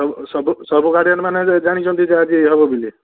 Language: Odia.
ସବୁ ସବୁ ସବୁ ଗାର୍ଡିଏନ୍ ମାନେ ଯେ ଜାଣିଛନ୍ତି ଆଜି ହେବ ବୋଲି